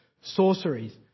sorceries